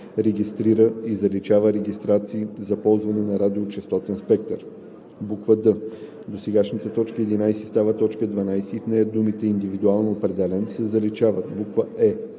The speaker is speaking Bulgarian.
регистрира и заличава регистрации за ползване на радиочестотен спектър;“ д) досегашната т. 11 става т. 12 и в нея думите „индивидуално определен“ се заличават; е)